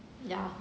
ya